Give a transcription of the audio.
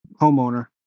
homeowner